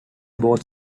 both